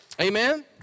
Amen